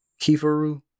Kifaru